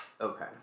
Okay